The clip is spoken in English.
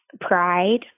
pride